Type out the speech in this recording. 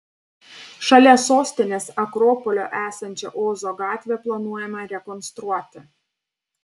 šalia sostinės akropolio esančią ozo gatvę planuojama rekonstruoti